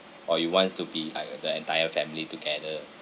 or you wants to be like a the entire family together